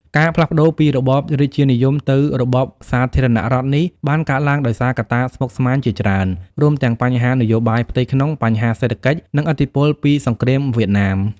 ការផ្លាស់ប្ដូរពីរបបរាជានិយមទៅរបបសាធារណរដ្ឋនេះបានកើតឡើងដោយសារកត្តាស្មុគស្មាញជាច្រើន រួមទាំងបញ្ហានយោបាយផ្ទៃក្នុង បញ្ហាសេដ្ឋកិច្ច និងឥទ្ធិពលពីសង្គ្រាមវៀតណាម។